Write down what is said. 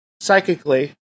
psychically